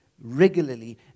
regularly